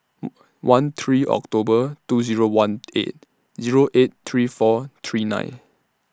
one three October two Zero one eight Zero eight three four three nine